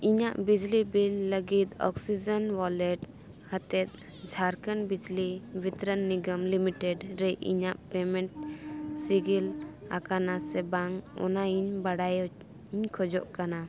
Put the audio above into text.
ᱤᱧᱟᱹᱜ ᱵᱤᱡᱽᱞᱤ ᱵᱤᱞ ᱞᱟᱹᱜᱤᱫ ᱚᱠᱥᱤᱡᱮᱱ ᱚᱣᱟᱞᱮᱴ ᱟᱛᱮᱫ ᱡᱷᱟᱲᱠᱷᱚᱸᱰ ᱵᱤᱡᱽᱞᱤ ᱵᱤᱛᱚᱨᱚᱱ ᱱᱤᱜᱚᱢ ᱞᱤᱢᱤᱴᱮᱰ ᱨᱮ ᱤᱧᱟᱹᱜ ᱯᱮᱢᱮᱱᱴ ᱥᱤᱜᱤᱞ ᱟᱠᱟᱱᱟ ᱥᱮ ᱵᱟᱝ ᱚᱱᱟ ᱤᱧ ᱵᱟᱰᱟᱭᱤᱧ ᱠᱷᱚᱡᱚᱜ ᱠᱟᱱᱟ